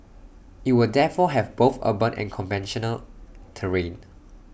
IT will therefore have both urban and conventional terrain